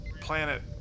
planet